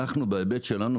אנחנו בהיבט שלנו,